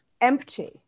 empty